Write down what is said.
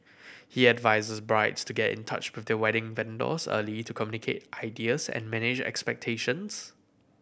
he advises brides to get in touch with their wedding vendors early to communicate ideas and manage expectations